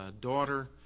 daughter